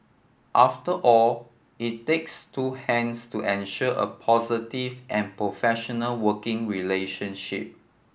after all it takes two hands to ensure a positive and professional working relationship